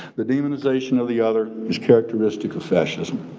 the demonization of the other is characteristic of fascism.